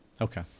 okay